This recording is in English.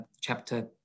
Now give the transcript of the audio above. chapter